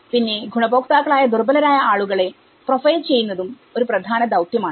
പിന്നെ ഗുണഭോക്താക്കളായ ദുർബലരായ ആളുകളെ പ്രൊഫൈൽ ചെയ്യുന്നതും ഒരു പ്രധാന ദൌത്യമാണ്